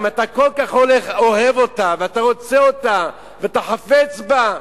אם אתה כל כך אוהב אותה ואתה רוצה אותה ואתה חפץ בה,